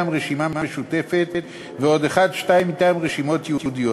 רשימה משותפת ועוד אחד-שניים מטעם רשימות יהודיות.